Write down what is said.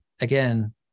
again